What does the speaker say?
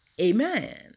Amen